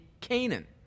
Canaan